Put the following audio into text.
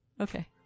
Okay